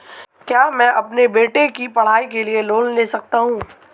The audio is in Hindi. क्या मैं अपने बेटे की पढ़ाई के लिए लोंन ले सकता हूं?